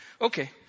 Okay